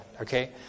Okay